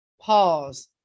Pause